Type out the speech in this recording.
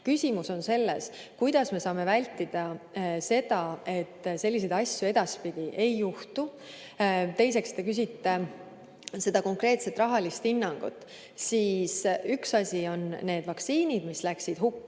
Küsimus on selles, kuidas me saame vältida selliseid asju edaspidi. Teiseks, te küsite konkreetset rahalist hinnangut. Üks asi on need vaktsiinid, mis läksid hukka,